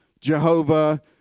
Jehovah